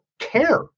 care